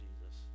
Jesus